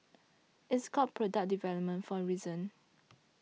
it's called product development for a reason